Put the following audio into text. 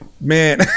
Man